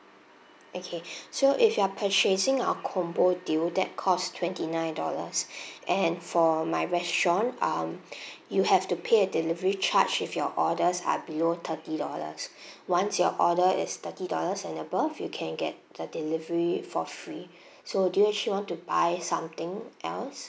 okay so if you are purchasing our combo deal that cost twenty nine dollars and for my restaurant um you have to pay a delivery charge if your orders are below thirty dollars once your order is thirty dollars and above you can get the delivery for free so do you actually want to buy something else